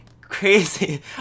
Crazy